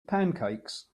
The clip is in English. pancakes